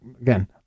again